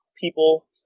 people